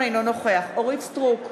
אינו נוכח אורית סטרוק,